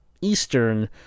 Eastern